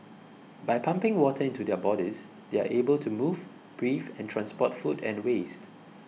by pumping water into their bodies they are able to move breathe and transport food and waste